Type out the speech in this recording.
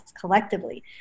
collectively